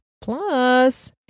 Plus